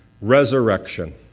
Resurrection